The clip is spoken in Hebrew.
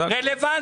זה רלוונטי.